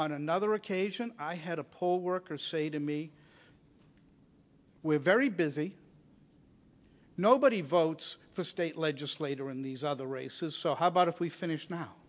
on another occasion i had a poll worker say to me we're very busy nobody votes for a state legislator in these other races so how about if we finish now